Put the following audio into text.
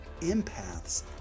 Empaths